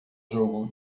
jogo